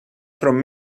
from